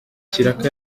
ikiraka